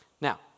Now